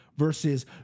Versus